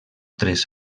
tres